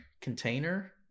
container